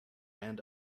and